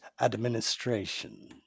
administration